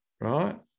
right